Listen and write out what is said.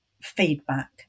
feedback